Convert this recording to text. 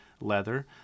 leather